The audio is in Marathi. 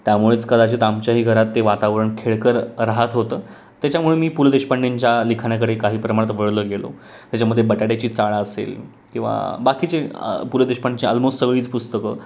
त्यामुळेच कदाचित आमच्याही घरात ते वातावरण खेळकर राहत होतं त्याच्यामुळे मी पु ल देशपांडेंच्या लिखाणाकडे काही प्रमाणात वळलो गेलो त्याच्यामध्ये बटाट्याची चाळ असेल किंवा बाकीचे पु ल देशपांडेंची आल्मोस्ट सगळीच पुस्तकं